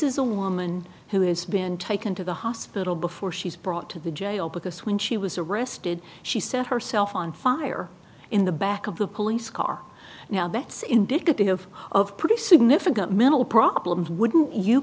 is a woman who has been taken to the hospital before she's brought to the jail because when she was arrested she set herself on fire in the back of the police car now that's indicative of pretty significant mental problems would you